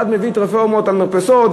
אחד מביא את רפורמת המרפסות,